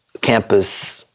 campus